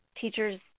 teachers